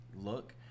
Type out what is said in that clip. look